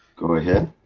go ahead.